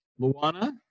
Luana